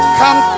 come